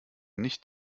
nicht